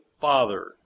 Father